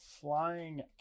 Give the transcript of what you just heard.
Flying